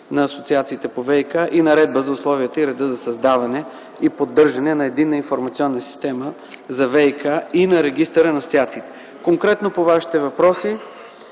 на Асоциациите по ВиК и Наредба за условията и реда за създаване и поддържане на единна информационна система за ВиК и на Регистъра на асоциациите. Конкретно по вашите въпроси